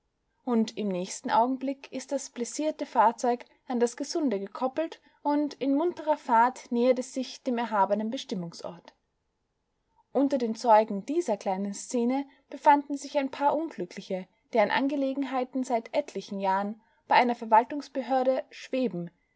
und im nächsten augenblick ist das blessierte fahrzeug an das gesunde gekoppelt und in munterer fahrt nähert es sich dem erhabenen bestimmungsort unter den zeugen dieser kleinen szene befanden sich ein paar unglückliche deren angelegenheiten seit etlichen jahren bei einer verwaltungsbehörde schweben